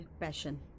passion